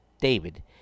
David